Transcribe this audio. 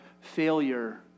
failure